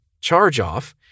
charge-off